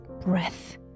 breath